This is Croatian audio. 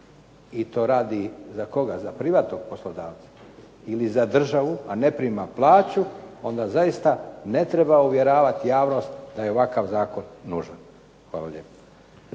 i to radi za koga, za privatnog poslodavca ili za državu, a ne prima plaću onda zaista ne treba uvjeravat javnost da je ovakav zakon nužan. Hvala lijepo.